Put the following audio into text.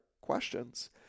questions